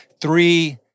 three-